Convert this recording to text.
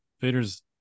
Vader's